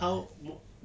how more